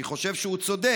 אני חושב שהוא צודק.